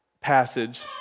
passage